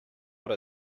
what